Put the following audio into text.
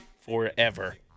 Forever